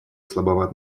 слабоват